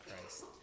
Christ